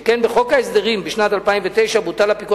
שכן בחוק ההסדרים בשנת 2009 בוטל הפיקוח